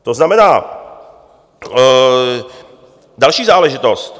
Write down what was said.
To znamená, další záležitost.